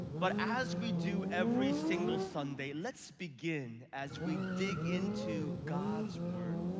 but as we do every single sunday, let's begin as we dig into god's word.